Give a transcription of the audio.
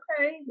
okay